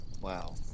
Wow